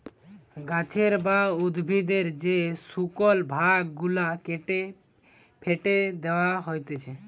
গাছের বা উদ্ভিদের যে শুকল ভাগ গুলা কেটে ফেটে দেয়া হতিছে